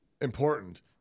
important